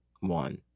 one